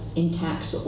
intact